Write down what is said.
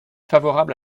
favorable